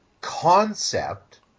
concept